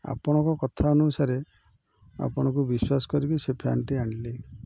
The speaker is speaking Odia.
ଆପଣଙ୍କ କଥା ଅନୁସାରେ ଆପଣଙ୍କୁ ବିଶ୍ୱାସ କରିକି ସେ ଫ୍ୟାନ୍ଟି ଆଣିଲେ